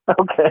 Okay